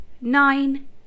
Nine